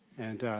and